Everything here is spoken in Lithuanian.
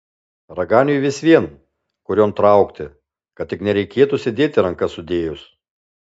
raganiui vis vien kurion traukti kad tik nereikėtų sėdėti rankas sudėjus